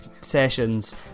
sessions